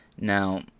Now